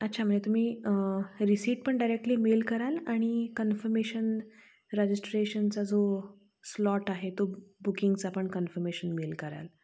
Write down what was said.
अच्छा म्हणजे तुम्ही रिसीट पण डायरेक्टली मेल कराल आणि कन्फमेशन रजिस्ट्रेशनचा जो स्लॉट आहे तो बुकिंगचा पण कन्फर्मेशन मेल कराल